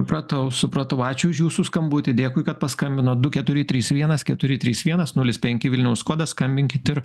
supratau supratau ačiū už jūsų skambutį dėkui kad paskambinot du keturi trys vienas keturi trys vienas nulis penki vilniaus kodas skambinkit ir